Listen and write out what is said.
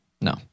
no